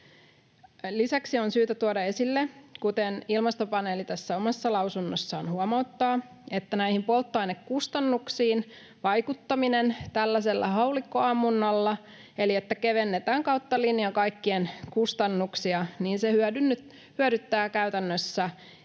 Lisäksi on syytä tuoda esille, kuten Ilmastopaneeli tässä omassa lausunnossaan huomauttaa, että polttoainekustannuksiin vaikuttaminen tällaisella haulikkoammunnalla eli sillä, että kevennetään kautta linjan kaikkien kustannuksia, hyödyttää käytännössä enemmän